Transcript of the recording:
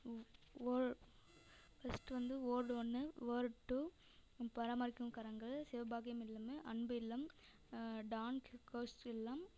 ஓழ் first வந்து ward ஒன்று ward two பராமரிக்கும் கரங்கள் சிவபாக்கியம் இல்லம் அன்பு இல்லம் டான் கிர்கோஸ் இல்லம்